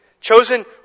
chosen